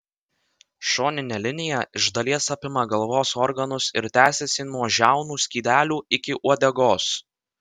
šoninė linija iš dalies apima galvos organus ir tęsiasi nuo žiaunų skydelių iki uodegos